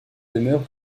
demeure